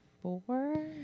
four